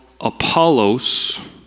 Apollos